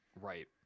Right